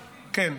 כן,